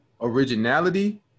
originality